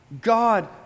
God